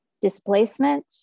displacement